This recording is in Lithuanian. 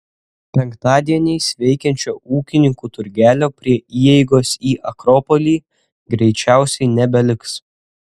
penktadieniais veikiančio ūkininkų turgelio prie įeigos į akropolį greičiausiai nebeliks